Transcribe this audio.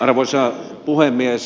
arvoisa puhemies